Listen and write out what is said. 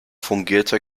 fungierte